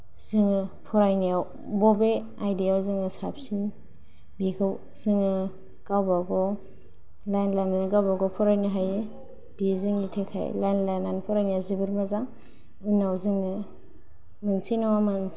जोङो फरायनायाव बबे आयदायाव जोङो साबसिन बेखौ जोङो गावबा गाव लाइन लानानै फरायनो हायो बियो जोंनि थाखाय लाइन लानानै फरायनाया जोबोर मोजां उनाव जोङो मोनसे नङा मोनसे